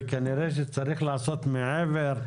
וכנראה שצריך לעשות מעבר,